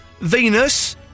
Venus